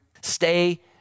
stay